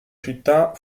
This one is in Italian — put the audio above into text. città